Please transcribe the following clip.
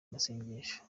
amasengesho